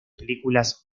películas